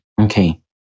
okay